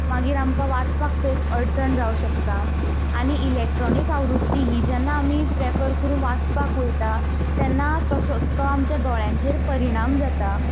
मागीर आमकां वाचपाक थंय अडचण जावंक शकता आनी इलेक्ट्रोनीक आवृत्ती ही जेन्ना आमी प्रेफर करून वाचपाक वयता तसो तेन्ना तो आमच्या दोळ्यांचेर परिणाम जाता